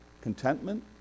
Contentment